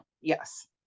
yes